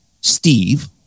Steve